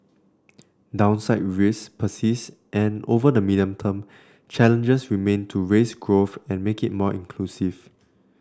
downside risk persist and over the medium term challenges remain to raise growth and make it more inclusive